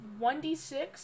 1d6